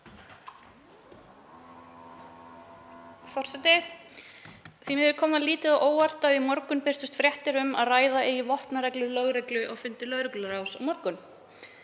Því miður kom það lítið á óvart að í morgun birtust fréttir af því að ræða eigi vopnareglur lögreglu á fundi lögregluráðs á morgun.